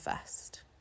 first